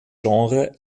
genre